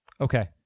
Okay